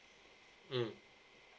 mm